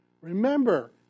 Remember